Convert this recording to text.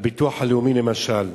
לביטוח הלאומי למשל,